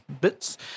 bits